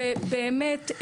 באמת,